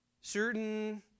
certain